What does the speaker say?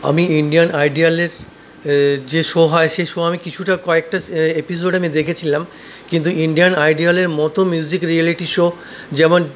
আমি ইন্ডিয়ান আইডলের যে শো হয় সেই শো আমি কিছুটা কয়েকটা এপিসোড আমি দেখেছিলাম কিন্তু ইন্ডিয়ান আইডলের মতো মিউজিক রিয়ালিটি শো যেমন